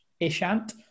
Ishant